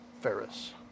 Ferris